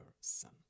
son